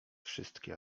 wszystkie